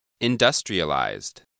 Industrialized